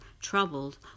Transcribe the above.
troubled